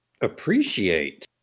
appreciate